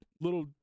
little